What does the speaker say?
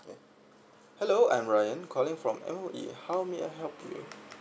hello I'm ryan calling from M_O_E how may I help you